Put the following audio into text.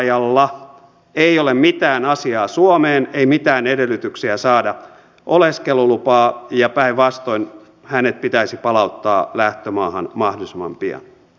raiskaajalla ei ole mitään asiaa suomeen ei mitään edellytyksiä saada oleskelulupaa ja päinvastoin hänet pitäisi palauttaa lähtömaahan mahdollisimman pian